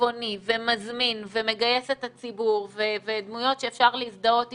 צבעוני ומזמין ומגייס את הציבור ודמויות שאפשר להזדהות איתן,